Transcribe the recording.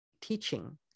teaching